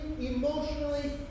emotionally